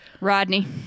Rodney